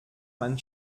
man